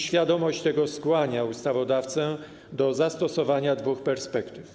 Świadomość tego skłania ustawodawcę do zastosowania dwóch perspektyw.